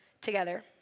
together